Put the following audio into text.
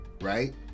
right